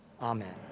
Amen